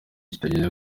kitageze